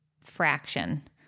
fraction